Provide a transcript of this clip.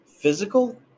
physical